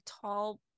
tall